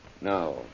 Now